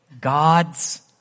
God's